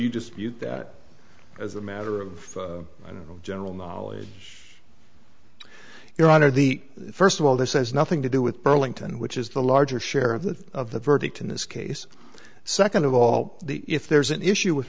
you just use that as a matter of general knowledge your honor the first of all this has nothing to do with burlington which is the larger share of the of the verdict in this case second of all the if there's an issue with